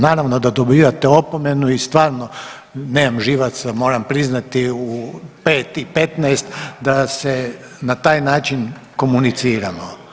Naravno da dobivate opomenu i stvarno nemam živaca moram priznati u 5 i 15 da se na taj način komuniciramo.